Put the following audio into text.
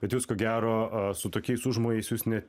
bet jūs ko gero su tokiais užmojais jūs ne